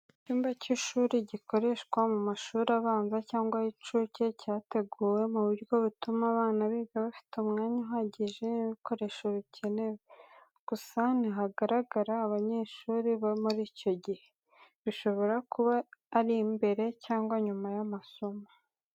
Icyumba cy’ishuri gikoreshwa mu mashuri abanza cyangwa ay’incuke, cyateguwe mu buryo butuma abana biga bafite umwanya uhagije n’ibikoresho bikenewe. Gusa ntihagaragara abanyeshuri muri icyo gihe, bishobora kuba ari mbere cyangwa nyuma y’amasomo.